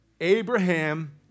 Abraham